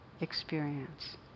experience